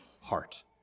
heart